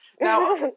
Now